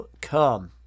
come